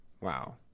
wow